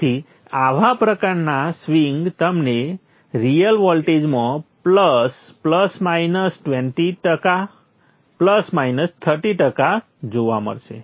તેથી આવા પ્રકારના સ્વિંગ તમને રીઅલ વોલ્ટેજમાં પ્લસ 20 ટકા પરસેંટ 30 ટકા જોવા મળશે